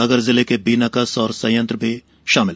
सागर जिले के बीना का सौर संयंत्र भी शामिल